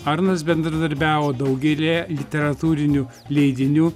arnas bendradarbiavo daugelėje literatūrinių leidinių